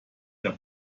der